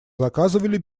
заказывали